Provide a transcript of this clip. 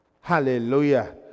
Hallelujah